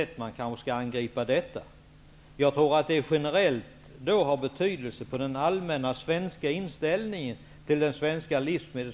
Man bör nog angripa problemet på andra sätt.